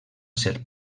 ser